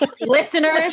listeners